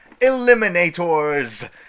Eliminators